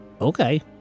Okay